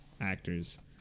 actors